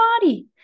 body